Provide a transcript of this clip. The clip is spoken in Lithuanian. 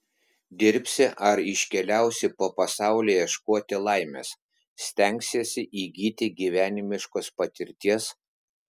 dirbsi ar iškeliausi po pasaulį ieškoti laimės stengsiesi įgyti gyvenimiškos patirties